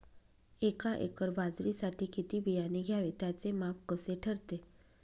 एका एकर बाजरीसाठी किती बियाणे घ्यावे? त्याचे माप कसे ठरते?